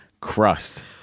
crust